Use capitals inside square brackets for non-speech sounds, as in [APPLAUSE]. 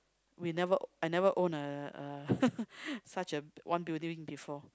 we never I never own a a [LAUGHS] such a one building before